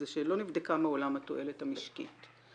זה שלא נבדקה מעולם התועלת המשקית.